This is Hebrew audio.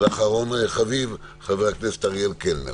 ואחרון חביב חבר הכנסת אריאל קלנר.